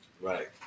Right